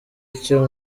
icyo